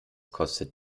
kostet